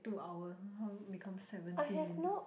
two hour how come become seventeen minute